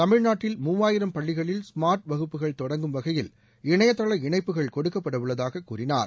தமிழ்நாட்டில் மூவாயிரம் பள்ளிகளில் ஸ்மாா்ட் வகுப்புகள் தொடங்கும் வகையில் இணையதள இணைப்புகள் கொடுக்கப்பட உள்ளதாக கூறினார்